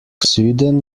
süden